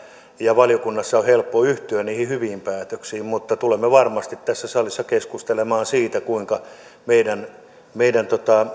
ja valiokunnassa on helppo yhtyä niihin hyviin päätöksiin mutta tulemme varmasti tässä salissa keskustelemaan siitä kuinka meidän meidän